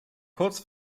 kurz